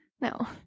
No